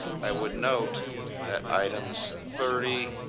i would note that items thirty,